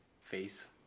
face